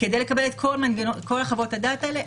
כדי לקבל את כל חוות הדעת האלה.